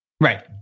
Right